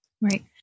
Right